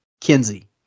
Kenzie